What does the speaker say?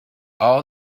all